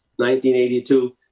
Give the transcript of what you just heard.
1982